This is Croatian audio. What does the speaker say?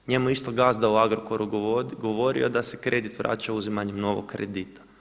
Njemu je isto gazda u Agrokoru govorio da se kredit vraća uzimanjem novog kredita.